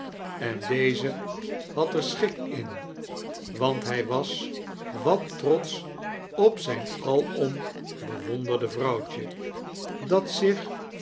en deze had er schik in want hij was wat trotsch op zijn alom bewonderde vrouwtje dat zich